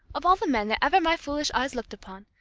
of all the men that ever my foolish eyes looked upon,